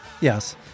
yes